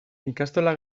ikastola